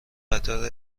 قطار